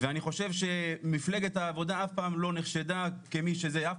אני חושב שמפלגת העבודה אף פעם לא נחשדה אף